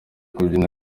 kubyina